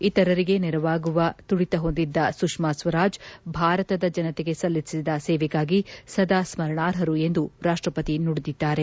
ಇತರರಿಗೆ ನೆರವಾಗುವ ತುಡಿತ ಹೊಂದಿದ್ದ ಸುಷ್ನಾ ಸ್ವರಾಜ್ ಭಾರತದ ಜನತೆಗೆ ಸಲ್ಲಿಸಿದ ಸೇವೆಗಾಗಿ ಸದಾ ಸ್ನರಣಾರ್ಹರು ಎಂದು ರಾಷ್ಟಪತಿ ನುಡಿದಿದ್ದಾರೆ